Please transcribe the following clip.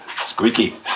Squeaky